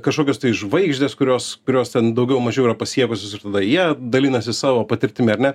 kažkokios tai žvaigždės kurios kurios ten daugiau mažiau yra pasiekusios ir tada jie dalinasi savo patirtimi ar ne